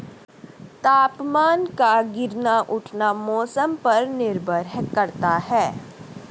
तापमान का गिरना उठना मौसम पर निर्भर करता है